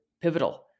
pivotal